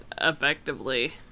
effectively